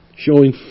showing